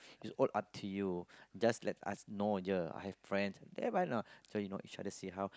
is all up to you just like us know ya I have friends there why not so you know each other see how